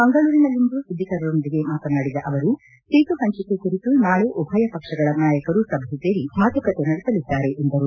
ಮಂಗಳೂರಿನಲ್ಲಿಂದು ಸುದ್ದಿಗಾರರೊಂದಿಗೆ ಮಾತನಾದಿದ ಅವರು ಸೀಟು ಹಂಚಿಕೆ ಕುರಿತು ನಾಳೆ ಉಭಯ ಪಕ್ಷಗಳ ನಾಯಕರು ಸಭೆ ಸೇರಿ ಮಾತುಕತೆ ನಡೆಸಲಿದ್ದಾರೆ ಎಂದರು